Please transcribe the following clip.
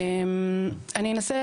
אני אנסה